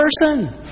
person